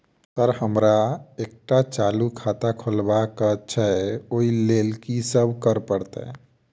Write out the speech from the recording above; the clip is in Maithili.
सर हमरा एकटा चालू खाता खोलबाबह केँ छै ओई लेल की सब करऽ परतै?